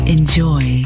Enjoy